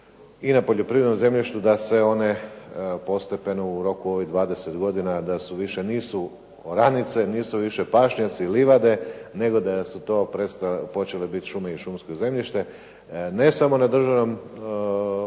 i na poljoprivrednom zemljištu da se one postepeno u roku ovih 20 godina da više nisu oranice, nisu više pašnjaci, livade, nego da su to počele biti šume i šumsko zemljište ne samo u vlasništvu